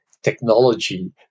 technology